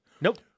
Nope